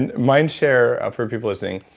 and mind share for people listening,